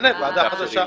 תתמנה ועדה חדשה.